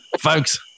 folks